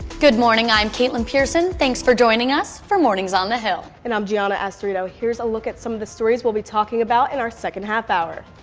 good morning i'm kaitlin pearson. thanks for joining us for mornings on the hill. and i'm giana asterito. here's a look at some of the stories we'll be talking about in our second half hour.